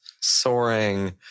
soaring